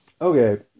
Okay